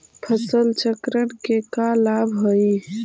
फसल चक्रण के का लाभ हई?